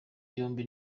yombi